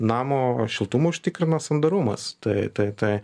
namo šiltumą užtikrina sandarumas tai tai tai